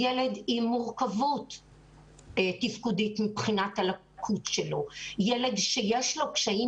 ילד עם לקות תפקודית מורכבת, ילד שיש לו קשיים